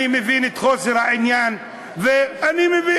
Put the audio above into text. אני מבין את חוסר העניין, אני מבין.